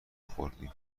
خوردیم